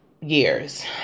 years